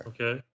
okay